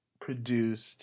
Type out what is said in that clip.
produced